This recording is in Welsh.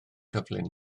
cyflym